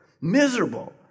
Miserable